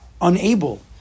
unable